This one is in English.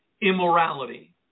immorality